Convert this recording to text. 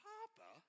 Papa